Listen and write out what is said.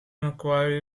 macquarie